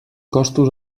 costos